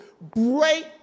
break